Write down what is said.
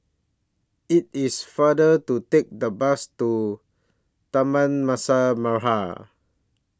IT IS faster to Take The Bus to Taman Mas Merah